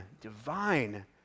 divine